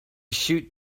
shoot